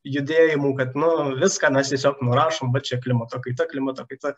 judėjimų kad nu viską mes tiesiog nurašom va čia klimato kaita klimato kaita